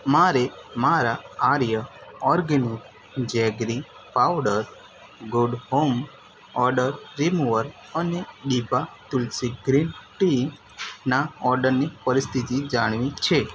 મારે મારા Arya organic jaggery powder good home odour remover અને દીભા તુલસી ગ્રીન ટીના ઓર્ડરની પરિસ્થિતિ જાણવી છે